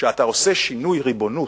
כשאתה עושה שינוי ריבונות,